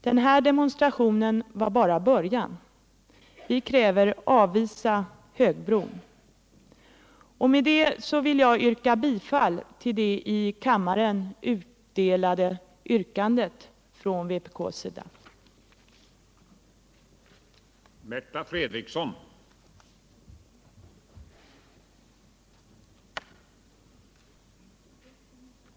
Den här demonstrationen var bara början. Vi kräver: Avvisa högbron! Med detta vill jag yrka bifall till det i kammaren utdelade yrkandet från vpk att riksdagen med anledning av motionen 1977/78:1599 beslutar uttala att den planerade högbron över Årstaviken i Stockholm ej skall komma till stånd.